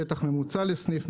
שטח ממוצע לסניף,